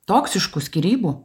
toksiškų skyrybų